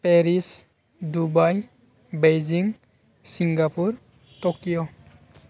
Paris Dubai Beijing Singapore Tokyo